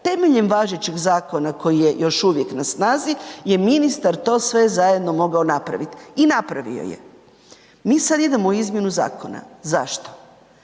temeljem važećih zakona koji je još uvijek na snazi je ministar to sve zajedno mogao napraviti i napravio je. Mi sada idemo u izmjenu zakona. Zašto?